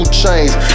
chains